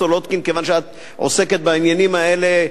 כיוון שוועדת השרים גם לא אישרה